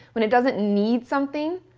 when it doesn't need something,